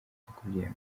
kubyemera